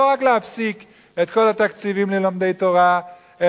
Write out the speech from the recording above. לא רק להפסיק את כל התקציבים ללומדי תורה,